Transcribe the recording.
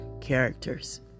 characters